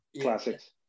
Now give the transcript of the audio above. classics